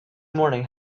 morning